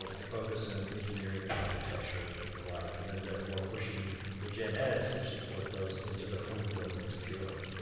ah a focus on and engineering and architecture and and the like, and then, therefore, pushing the geneds which support those into their own buildings purely.